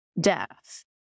death